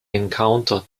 encounter